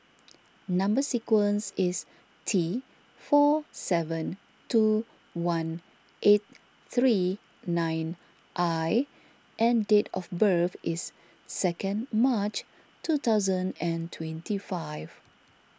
Number Sequence is T four seven two one eight three nine I and date of birth is second March two thousand and twenty five